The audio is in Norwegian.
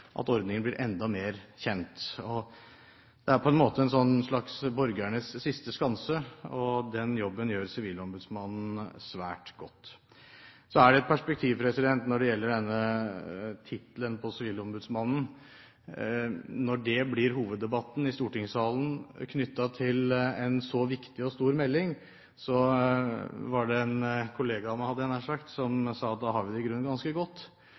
at ordningen blir enda mer kjent. Det er på en måte en slags borgernes siste skanse, og den jobben gjør sivilombudsmannen svært godt. Så er det et perspektiv når det gjelder tittelen på sivilombudsmannen: Når det blir hoveddebatten i stortingssalen knyttet til en så viktig og stor melding, vil jeg si, som en kollega av meg, hadde jeg nær sagt, sa: Da har vi det i grunnen ganske godt!